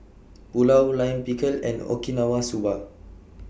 Pulao Lime Pickle and Okinawa Soba